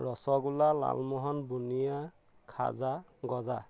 ৰসগোলা লালমোহন বুনিয়া খাজা গজা